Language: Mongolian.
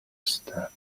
ёстой